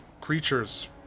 creatures